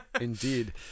indeed